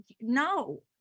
no